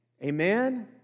Amen